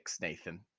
Nathan